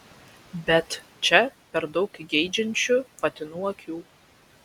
bet čia per daug geidžiančių patinų akių